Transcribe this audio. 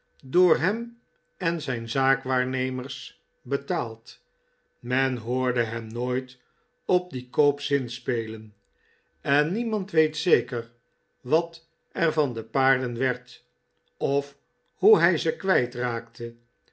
door hem en zijn zaakwaarnemers betaald men hoorde hem nooit op dien koop zinspelen en niemand weet zeker wat er van de paarden werd of hoe hij ze